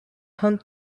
hunt